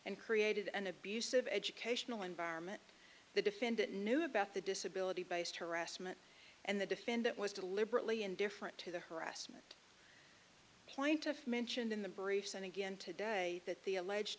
and created an abusive educational environment the defendant knew about the disability based harassment and the defendant was deliberately indifferent to the harassment plaintiff mentioned in the briefs and again today that the alleged